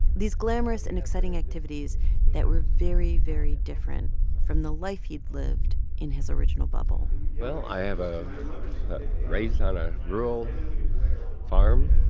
these glamorous and exciting activities that were very, very different from the life he'd lived in his original bubble well, i have a raised on a rural farm